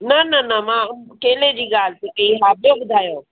न न न मां अं केले जी ॻाल्हि पए कई हा ॿियो ॿुधायो